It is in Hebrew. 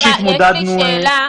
שנייה,